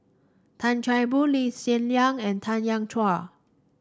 Tan Chan Boon Lee Hsien and Tanya Chua